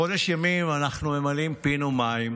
חודש ימים אנחנו ממלאים פינו מים,